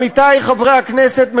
עמיתי חברי הכנסת,